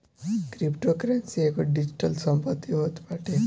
cryptocurrency एगो digital संपत्ति होत बाटे